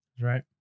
Right